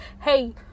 hey